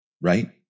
right